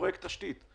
כפרויקט תשתית.